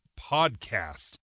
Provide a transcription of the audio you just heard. Podcast